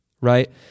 right